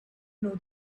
know